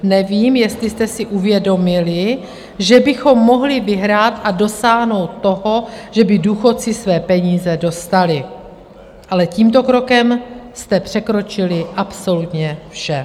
Nevím, jestli jste si uvědomili, že bychom mohli vyhrát a dosáhnout toho, že by důchodci své peníze dostali, ale tímto krokem jste překročili absolutně vše.